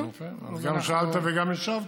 אז גם שאלת וגם השבת.